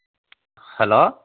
hello